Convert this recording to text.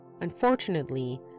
Unfortunately